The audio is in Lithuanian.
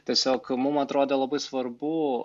tiesiog mum atrodė labai svarbu